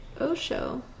Osho